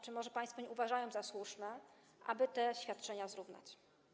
Czy może państwo nie uważają za słuszne, aby te świadczenia zrównać?